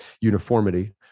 uniformity